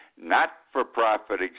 not-for-profit